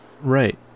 right